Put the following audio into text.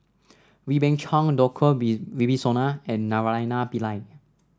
Wee Beng Chong Djoko Wibisono and Naraina Pillai